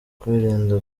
kwirinda